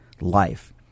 life